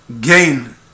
gain